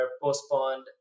postponed